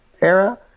era